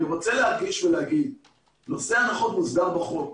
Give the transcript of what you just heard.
אני מדגיש נושא ההנחות מוסדר בחוק.